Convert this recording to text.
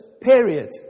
Period